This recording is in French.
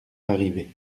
arriver